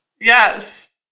Yes